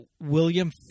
William